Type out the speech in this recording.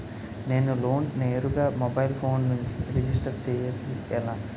నేను లోన్ నేరుగా mobile phone నుంచి రిజిస్టర్ చేయండి ఎలా?